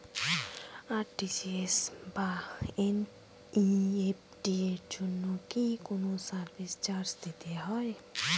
RTGS বা NEFT এর জন্য কি কোনো সার্ভিস চার্জ দিতে হয়?